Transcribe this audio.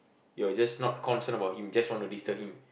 you're just not concerned about him just want to disturb him